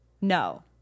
no